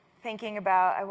thinking about i mean